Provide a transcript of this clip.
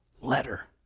letter